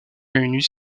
réunit